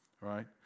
right